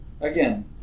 again